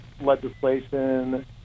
legislation